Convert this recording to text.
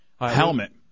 Helmet